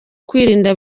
kwirinda